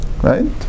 Right